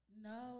No